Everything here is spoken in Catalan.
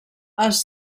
els